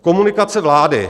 Komunikace vlády.